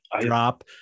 drop